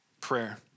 prayer